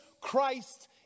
Christ